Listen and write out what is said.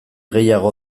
gehiago